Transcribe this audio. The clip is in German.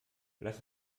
lass